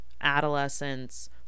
adolescents